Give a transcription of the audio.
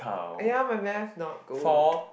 !aiya! my Math not good